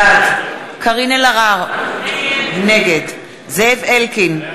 בעד קארין אלהרר, נגד זאב אלקין,